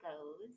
goes